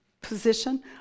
position